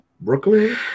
Brooklyn